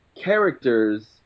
characters